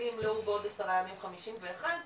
לי ימלאו בעוד עשרה ימים חמישים ואחד,